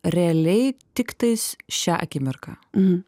realiai tiktais šią akimirką